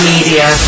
Media